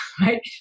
right